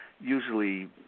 usually